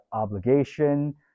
obligation